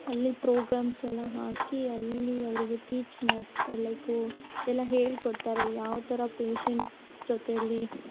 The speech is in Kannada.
ಅಲ್ಲೇ ಪ್ರೊಗ್ರಮ್ಸ್ ಎಲ್ಲ ಹಾಕಿ ಅಲ್ಲಿ ಅವರಿಗೆ ಟೀಚ್ ಮಾಡಿ ಲೈಕು ಎಲ್ಲ ಹೇಳಿಕೊಡ್ತಾರೆ ಯಾವ ಥರ ಪೇಷಂಟ್ಸ್ ಜೊತೇಲ್ಲಿ